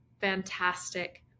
fantastic